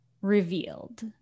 revealed